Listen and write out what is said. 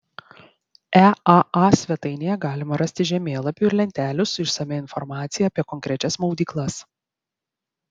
eaa svetainėje galima rasti žemėlapių ir lentelių su išsamia informacija apie konkrečias maudyklas